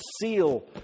seal